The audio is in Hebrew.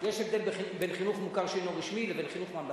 יש הבדל בין חינוך מוכר שאינו רשמי לבין חינוך ממלכתי,